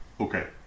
Okay